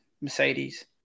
Mercedes